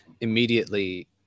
immediately